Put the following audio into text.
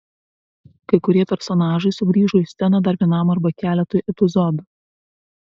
kai kurie personažai sugrįžo į sceną dar vienam arba keletui epizodų